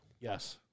Yes